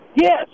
yes